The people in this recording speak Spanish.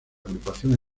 agrupación